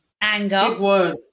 Anger